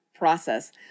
process